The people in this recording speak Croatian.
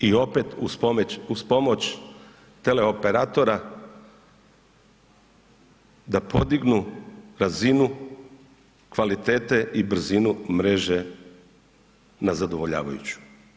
I opet, uz pomoć teleoperatora, da podignu razinu kvalitete i brzinu mreže na zadovoljavajuću.